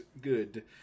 good